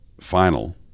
Final